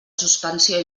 suspensió